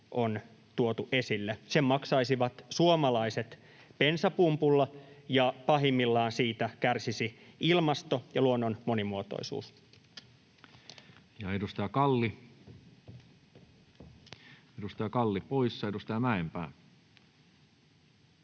on tuotu esille. Sen maksaisivat suomalaiset bensapumpulla, ja pahimmillaan siitä kärsisi ilmasto ja luonnon monimuotoisuus. [Speech 153] Speaker: Toinen varapuhemies